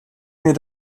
mir